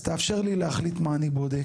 אז תאפשר לי להחליט מה אני בודק.